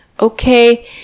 okay